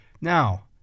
Now